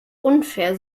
unfair